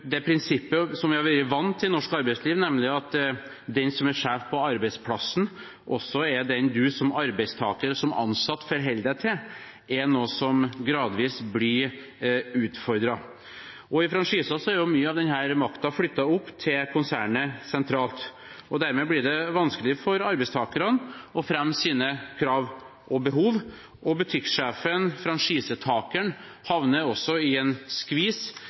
det prinsippet som vi har vært vant til i norsk arbeidsliv, nemlig at den som er sjef på arbeidsplassen, også er den du som arbeidstaker og som ansatt forholder deg til, er noe som gradvis blir utfordret. I franchisen er jo mye av denne makten flyttet opp til konsernet sentralt, og dermed blir det vanskelig for arbeidstakerne å legge fram sine krav og behov. Butikksjefen – franchisetakeren – havner også i en skvis